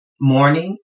Morning